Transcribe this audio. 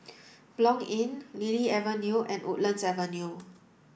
Blanc Inn Lily Avenue and Woodlands Avenue